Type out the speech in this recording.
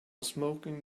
smoking